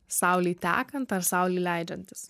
saulei tekant ar saulei leidžiantis